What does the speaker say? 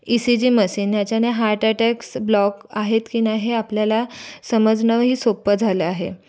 E C G machine याच्याने heart attacks block आहेत की नाही हे आपल्याला समजणंही सोपं झालं आहे